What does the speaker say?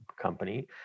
company